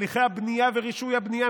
הליכי הבנייה ורישוי הבנייה,